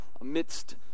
amidst